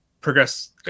progress